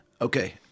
okay